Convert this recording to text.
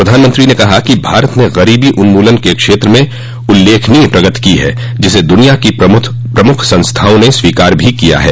प्रधानमंत्री ने कहा कि भारत ने गरीबी उन्मूलन के क्षेत्र में उल्लेखनीय प्रगति की है जिसे दुनिया की प्रमुख संस्थाओं ने स्वीकार भी किया है